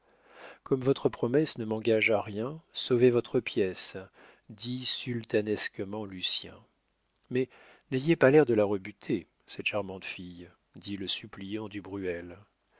comme votre promesse ne m'engage à rien sauvez votre pièce dit sultanesquement lucien mais n'ayez pas l'air de la rebuter cette charmante fille dit le suppliant du